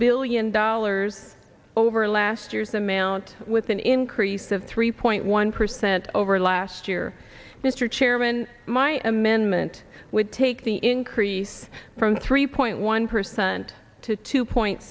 billion dollars over last year's a male and with an increase of three point one percent over last dear mr chairman my amendment would take the increase from three point one percent to two point